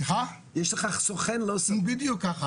בדיוק ככה,